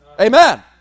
Amen